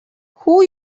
who